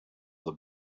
the